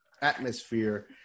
atmosphere